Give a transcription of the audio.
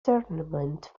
tournament